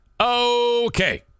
Okay